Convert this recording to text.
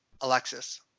Alexis